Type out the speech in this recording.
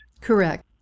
correct